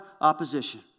opposition